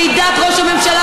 ועידת ראש הממשלה,